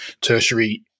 tertiary